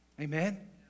Amen